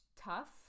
tough